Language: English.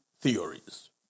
theories